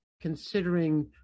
considering